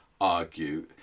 argue